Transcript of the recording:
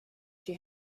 she